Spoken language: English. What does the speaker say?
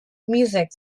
music